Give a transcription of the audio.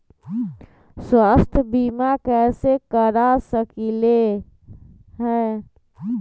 स्वाथ्य बीमा कैसे करा सकीले है?